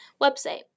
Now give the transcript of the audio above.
website